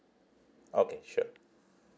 okay sure